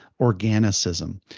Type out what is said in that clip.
organicism